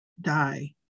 die